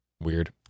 weird